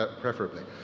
preferably